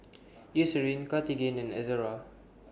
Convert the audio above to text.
Eucerin Cartigain and Ezerra